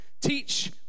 teach